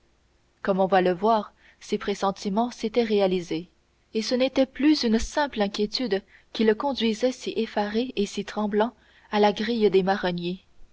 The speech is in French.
comme on va le voir ses pressentiments s'étaient réalisés et ce n'était plus une simple inquiétude qui le conduisait si effaré et si tremblant à la grille des marronniers